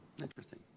Interesting